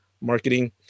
marketing